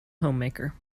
homemaker